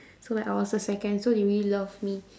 so like I was the second so they really loved me